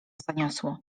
zaniosło